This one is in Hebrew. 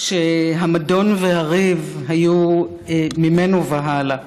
שהמדון והריב היו ממנו והלאה,